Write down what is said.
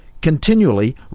continually